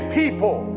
people